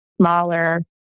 smaller